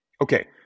Okay